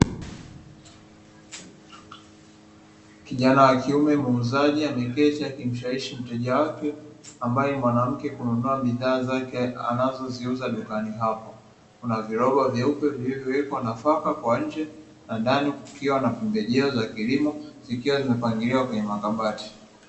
Kijana wa kiume muuzaji ameketi akimfurahisha mteja wake ambaye ni mwanamke, kununua bidhaa zake anazoziuza duka hapo. Kuna viroba vyeupe vilivyowekwa nafaka kwa nje na ndani kukiwa na pembejo za kilimo zikiwa zimepangiliwa kwenye makabati.